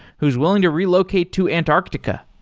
who's willing to relocate to antarctica.